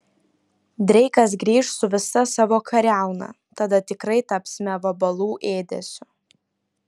dreikas grįš su visa savo kariauna tada tikrai tapsime vabalų ėdesiu